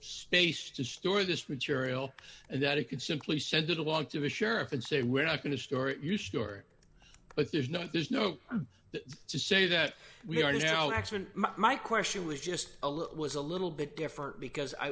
space to store this material and that it could simply send it along to the sheriff and say we're not going to store it you store but there's not there's no that to say that we are no accident my question was just a little was a little bit different because i